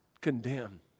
condemn